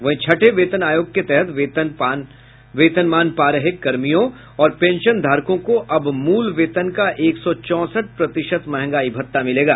वहीं छठे वेतन आयोग के तहत वेतनमान पा रहे कर्मियों और पेंशनधारकों को अब मूल वेतन का एक सौ चौसठ प्रतिशत महंगाई भत्ता मिलेगा